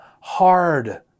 hard